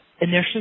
initially